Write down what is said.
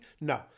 No